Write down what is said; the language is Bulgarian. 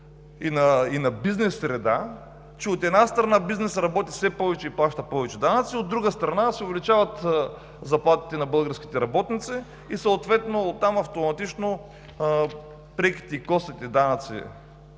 и на бизнес среда, че, от една страна, бизнесът работи все повече и плаща повече данъци, от друга страна, се увеличават заплатите на българските работници и съответно оттам автоматично преките и косвените данъци